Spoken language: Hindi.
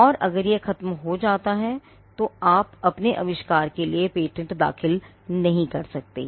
और अगर यह ख़त्म हो जाता है तो आप अपने आविष्कार के लिए पेटेंट दाखिल नहीं कर सकते